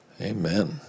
amen